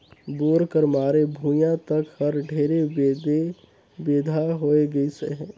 bore कर मारे भुईया तक हर ढेरे बेधे बेंधा होए गइस अहे